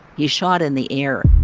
he shot in the air